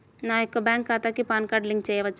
నా యొక్క బ్యాంక్ ఖాతాకి పాన్ కార్డ్ లింక్ చేయవచ్చా?